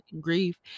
grief